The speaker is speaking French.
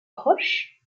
proche